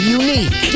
unique